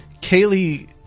Kaylee